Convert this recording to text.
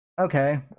Okay